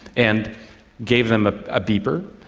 and gave them a ah beeper,